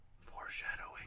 Foreshadowing